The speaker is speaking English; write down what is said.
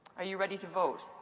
are you ready to vote?